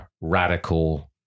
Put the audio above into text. radical